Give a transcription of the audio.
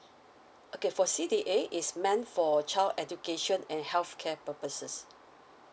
okay for C_D_A is meant for child education and healthcare purposes